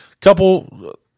couple